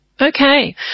Okay